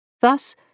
Thus